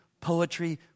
poetry